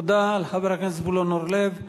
תודה לחבר הכנסת זבולון אורלב.